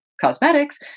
cosmetics